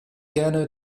gerne